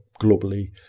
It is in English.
globally